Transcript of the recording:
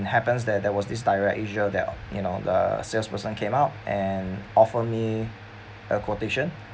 it happens there there was this DirectAsia that you know the salesperson came out and offer me a quotation